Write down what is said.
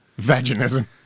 Vaginism